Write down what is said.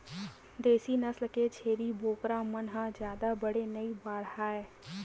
देसी नसल के छेरी बोकरा मन ह जादा बड़े नइ बाड़हय